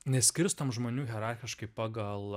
neskirstom žmonių hierarchiškai pagal